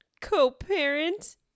Co-parent